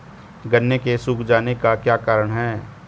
गन्ने के सूख जाने का क्या कारण है?